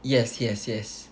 yes yes yes